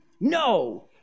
No